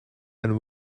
and